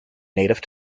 native